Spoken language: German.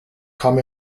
kam